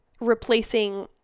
replacing